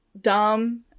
dumb